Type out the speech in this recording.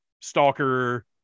stalker